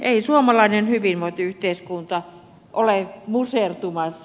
ei suomalainen hyvinvointiyhteiskunta ole musertumassa